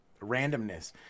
randomness